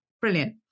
Brilliant